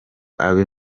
abe